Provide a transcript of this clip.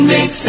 Mix